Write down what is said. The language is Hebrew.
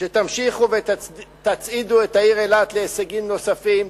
שתמשיכו ותצעידו את העיר אילת להישגים נוספים.